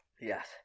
Yes